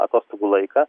atostogų laiką